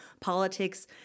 politics